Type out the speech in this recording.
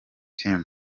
team